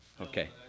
Okay